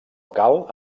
cal